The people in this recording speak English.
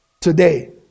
today